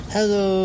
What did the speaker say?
Hello